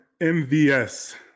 MVS